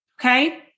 okay